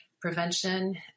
prevention